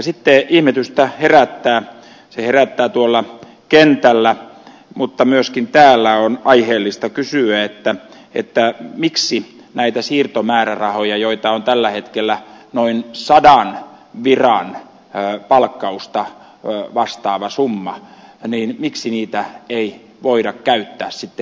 sitten ihmetystä herättää tuolla kentällä mutta myöskin täällä on aiheellista kysyä miksi näitä siirtomäärärahoja joita on tällä hetkellä noin sadan viran palkkausta vastaava summa ei voida käyttää pitkäjänteisemmin